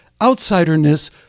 outsiderness